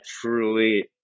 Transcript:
truly